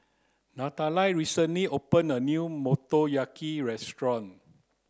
Natalia recently opened a new Motoyaki restaurant